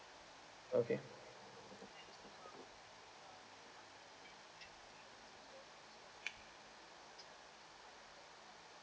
okay